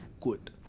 good